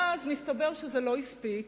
ואז מסתבר שזה לא הספיק